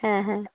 হ্যাঁ হ্যাঁ